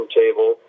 table